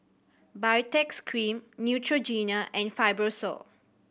Baritex Cream Neutrogena and Fibrosol